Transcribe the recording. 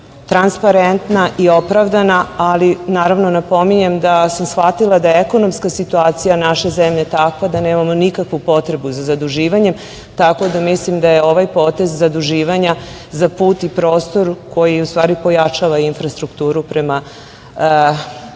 transparentna i opravdana. Naravno, napominjem da sam shvatila da je ekonomska situacija naše zemlje takva da nemamo nikakvu potrebu za zaduživanje, tako da mislim da je ovaj potez zaduživanja za put i prostor koji u stvari pojačava infrastrukturu prema